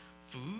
food